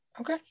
okay